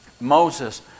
Moses